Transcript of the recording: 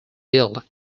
billed